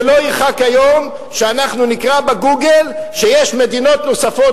ולא ירחק היום שאנחנו נקרא ב"גוגל" שיש מדינות נוספות,